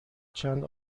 چند